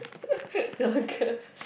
your girl